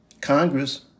Congress